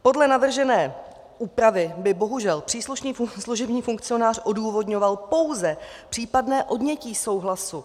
Podle navržené úpravy by bohužel příslušný služební funkcionář odůvodňoval pouze případné odnětí souhlasu.